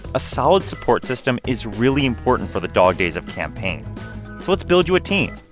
a solid support system is really important for the dog days of campaign. so let's build you a team.